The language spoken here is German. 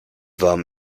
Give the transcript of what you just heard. warm